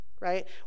right